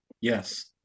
Yes